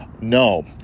No